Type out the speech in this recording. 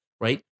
right